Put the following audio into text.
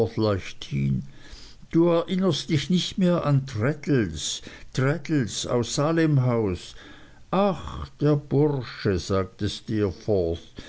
du erinnerst dich nicht mehr an traddles traddles aus salemhaus ach der bursche sagte